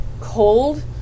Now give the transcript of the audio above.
cold